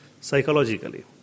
psychologically